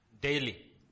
Daily